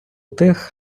тих